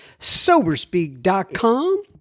soberspeak.com